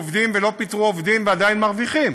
עובדים ולא פיטרו עובדים ועדיין מרוויחים,